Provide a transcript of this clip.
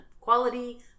quality